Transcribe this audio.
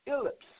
ellipse